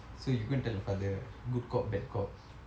so you go and tell your father good cop bad cop